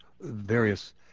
various